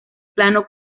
plano